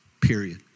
period